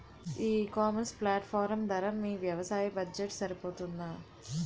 ఈ ecommerce platform ధర మీ వ్యవసాయ బడ్జెట్ సరిపోతుందా?